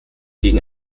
gegen